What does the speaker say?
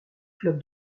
club